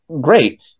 great